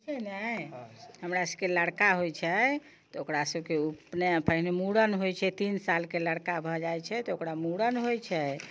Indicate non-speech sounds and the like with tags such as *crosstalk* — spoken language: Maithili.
*unintelligible* हमरा सभकेँ लड़का होइत छै तऽ ओकरा सभकेँ उपनयन पहिने मूड़न होइत छै तीन सालके लड़का भऽ जाइत छै तऽ ओकरा मूड़न होइत छै